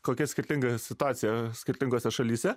kokia skirtinga situacija skirtingose šalyse